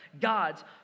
God's